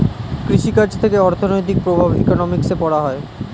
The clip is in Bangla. কৃষি কাজ থেকে অর্থনৈতিক প্রভাব ইকোনমিক্সে পড়া হয়